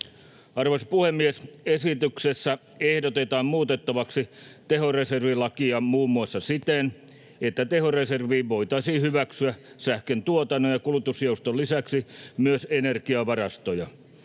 Arvoisa puhemies! Esityksessä ehdotetaan muutettavaksi tehoreservilakia muun muassa siten, että tehoreserviin voitaisiin hyväksyä sähköntuotannon ja kulutusjouston lisäksi myös energiavarastoja.